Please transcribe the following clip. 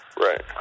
Right